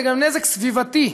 זה גם נזק סביבתי,